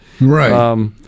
right